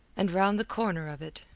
and round the corner of it,